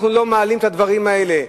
אנחנו לא מעלים את הדברים האלה,